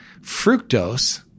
fructose